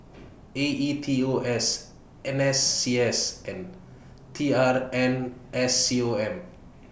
A E T O S N S C S and T R N S C O M